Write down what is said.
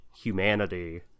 humanity